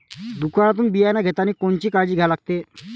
दुकानातून बियानं घेतानी कोनची काळजी घ्या लागते?